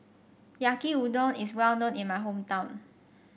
Yaki Udon is well known in my hometown